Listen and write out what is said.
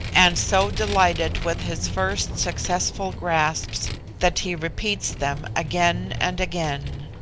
and so delighted with his first successful grasps that he repeats them again and again,